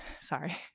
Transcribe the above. sorry